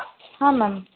ಹಾಂ ಮ್ಯಾಮ್